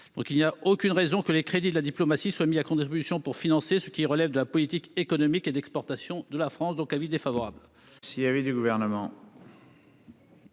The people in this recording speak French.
ne justifie que les crédits de la diplomatie soient mis à contribution pour financer ce qui relève de la politique économique et d'exportation de la France. D'où l'avis défavorable